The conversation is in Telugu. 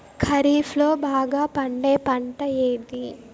ఖరీఫ్ లో బాగా పండే పంట ఏది?